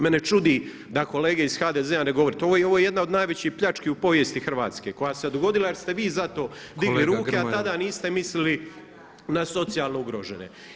Mene čudi da kolege iz HDZ-a ne govore, ovo je jedna od najvećih pljački u povijesti Hrvatske koja se dogodila jer ste vi za to digli ruke a tada niste mislili na socijalno ugrožene.